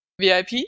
VIP